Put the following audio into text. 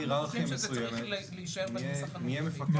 אבל